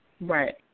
Right